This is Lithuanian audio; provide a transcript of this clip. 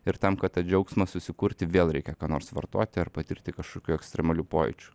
ir tam kad tą džiaugsmą susikurti vėl reikia ką nors vartoti ar patirti kažkokių ekstremalių pojūčių